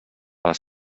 les